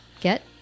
get